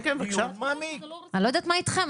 אני לא יודעת מה איתכם,